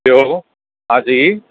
ॿियो हा जी